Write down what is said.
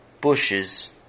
bushes